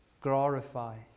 glorify